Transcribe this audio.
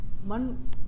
One